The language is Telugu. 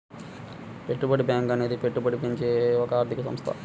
పెట్టుబడి బ్యాంకు అనేది పెట్టుబడిని పెంచే ఒక ఆర్థిక సంస్థ